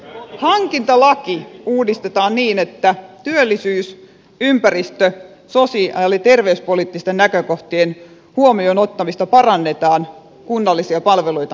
hankintalaki uudistetaan niin että työllisyys ympäristö sosiaali ja terveyspoliittisten näkökohtien huomioonottamista parannetaan kunnallisia palveluita kilpailutettaessa